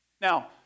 Now